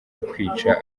ukwica